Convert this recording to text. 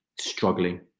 struggling